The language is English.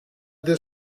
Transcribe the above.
this